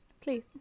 please